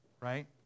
right